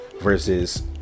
versus